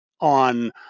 on